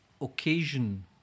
occasion